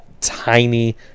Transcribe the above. tiny